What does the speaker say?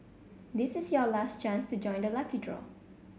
this is your last chance to join the lucky draw